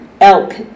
elk